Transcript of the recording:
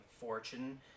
fortune